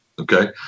okay